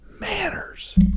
manners